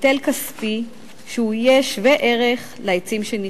היטל כספי, שיהיה שווה ערך לעצים שנכרתו.